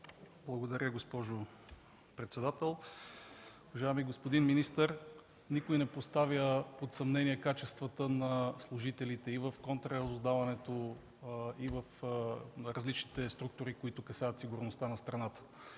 Благодаря, госпожо председател. Уважаеми господин министър, никой не поставя под съмнение качествата на служителите в контраразузнаването и в различните структури, които касаят сигурността на страната.